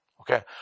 Okay